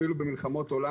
אפילו במלחמות העולם,